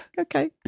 Okay